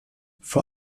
vor